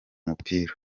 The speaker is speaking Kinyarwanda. mupira